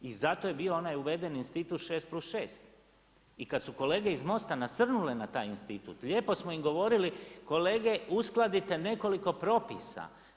I zato je bio onaj uveden institut 6+6. I kad su kolege iz MOST-a nasrnule na taj institut lijepo smo im govorili kolege uskladite nekoliko propisa.